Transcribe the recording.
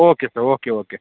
okay sir okay okay